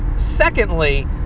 Secondly